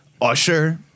Usher